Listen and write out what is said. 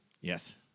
Yes